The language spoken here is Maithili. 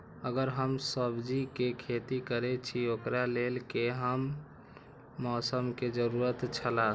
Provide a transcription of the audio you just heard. अगर हम सब्जीके खेती करे छि ओकरा लेल के हन मौसम के जरुरी छला?